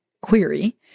Query